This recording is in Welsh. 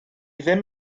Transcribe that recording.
ddim